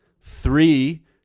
Three